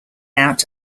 out